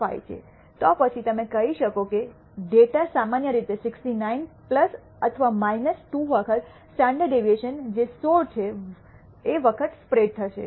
5 છે તો પછી તમે કહી શકો કે ડેટા સામાન્ય રીતે 69 અથવા 2 વખત સ્ટાન્ડર્ડ ડેવિએશન જે 16 છે વખત સ્પ્રેડ થશે